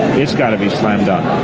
it's got to be slam dunk.